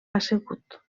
assegut